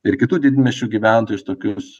ir kitų didmiesčių gyventojus tokius